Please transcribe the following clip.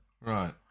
Right